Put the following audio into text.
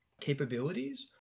capabilities